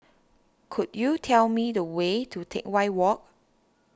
could you tell me the way to Teck Whye Walk